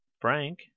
Frank